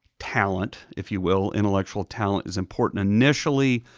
talent, if you will, intellectual talent is important initially,